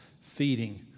feeding